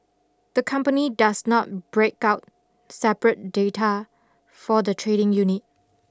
the company does not break out separate data for the trading unit